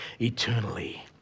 eternally